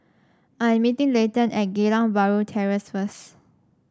I am meeting Leighton at Geylang Bahru Terrace first